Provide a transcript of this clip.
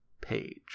page